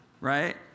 Right